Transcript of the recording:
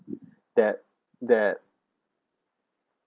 that that